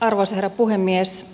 arvoisa herra puhemies